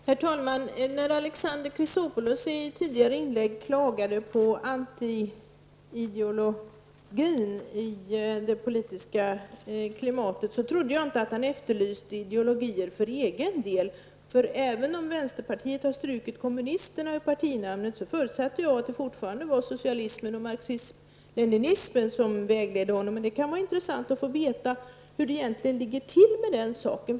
Herr talman! När Alexander Chrisopoulos i ett tidigare inlägg klagade på antiideologin i det politiska klimatet, trodde jag inte att han efterlyste ideologier för egen del. Även om vänsterpartiet har strukit ordet kommunisterna ur partinamnet, förutsätter jag att det fortfarande var socialismen och marxism-leninismen som vägledde honom. Det kan vara intressant att få veta hur det egentligen ligger till med den saken.